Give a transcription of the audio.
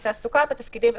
היא תעסוקה בתפקידים איכותיים,